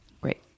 Great